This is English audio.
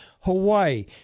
Hawaii